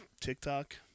TikTok